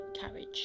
carriage